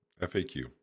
faq